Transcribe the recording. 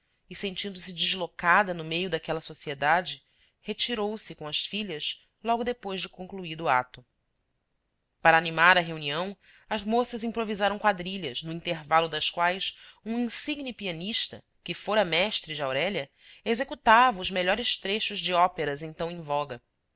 e sentindo-se deslocada no meio daquela sociedade retirou-se com as filhas logo depois de concluído o ato para animar a reunião as moças improvisaram quadrilhas no intervalo das quais um insigne pianista que fora mestre de aurélia executava os melhores trechos de óperas então em voga